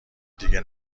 دیگه